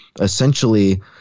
essentially